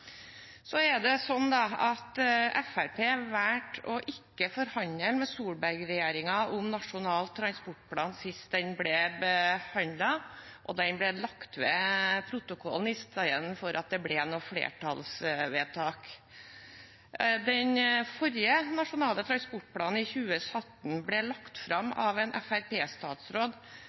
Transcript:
å ikke forhandle med Solberg-regjeringen om Nasjonal transportplan sist den ble behandlet, og den ble lagt ved protokollen i stedet for at det ble noe flertallsvedtak. Den forrige nasjonale transportplanen, fra 2017, ble lagt fram av en